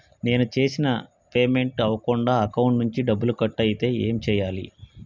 నేను చేసిన పేమెంట్ అవ్వకుండా అకౌంట్ నుంచి డబ్బులు కట్ అయితే ఏం చేయాలి?